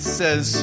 says